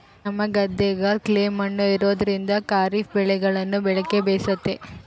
ನಮ್ಮ ಗದ್ದೆಗ ಕ್ಲೇ ಮಣ್ಣು ಇರೋದ್ರಿಂದ ಖಾರಿಫ್ ಬೆಳೆಗಳನ್ನ ಬೆಳೆಕ ಬೇಸತೆ